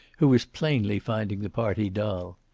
who was plainly finding the party dull.